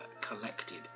collected